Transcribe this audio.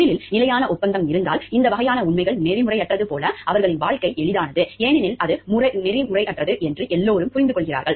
தொழிலில் நிலையான ஒப்பந்தம் இருந்தால் இந்த வகையான உண்மைகள் நெறிமுறையற்றது போல அவர்களின் வாழ்க்கை எளிதானது ஏனென்றால் அது நெறிமுறையற்றது என்று எல்லோரும் புரிந்துகொள்கிறார்கள்